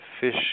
fish